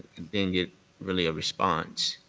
i didn't get really a response,